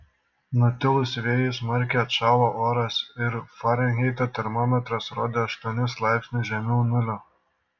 nutilus vėjui smarkiai atšalo oras ir farenheito termometras rodė aštuonis laipsnius žemiau nulio